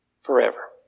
forever